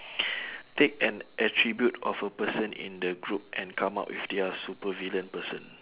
take an attribute of a person in the group and come out with their supervillain person